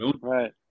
Right